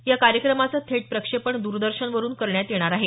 या कार्यक्रमाचं थेट प्रक्षेपण द्रदर्शनवरुन करण्यात येणार आहे